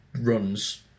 runs